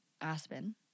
Aspen